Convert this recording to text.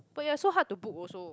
but you are so hard to book also